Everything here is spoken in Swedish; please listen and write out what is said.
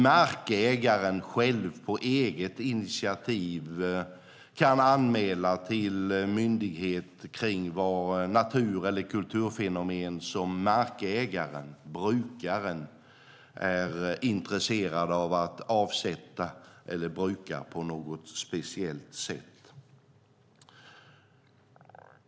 Markägaren kan på eget initiativ anmäla till myndighet natur eller kulturfenomen som markägaren, brukaren, är intresserad av att avsätta eller bruka på något speciellt sätt.